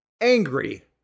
angry